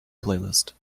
playlist